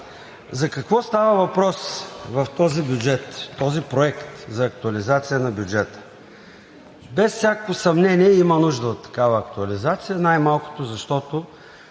За какво става въпрос в този Проект за актуализация на бюджета? Без всякакво съмнение има нужда от такава актуализация, най-малкото, защото